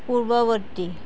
পূৰ্বৱৰ্তী